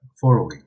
following